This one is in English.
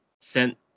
sent